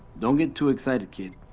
don't get too excited, kid.